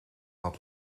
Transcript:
had